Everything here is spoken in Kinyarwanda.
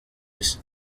isi